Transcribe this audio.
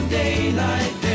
daylight